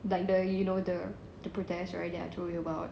like the you know the protest right that I told you about